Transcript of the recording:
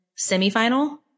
semifinal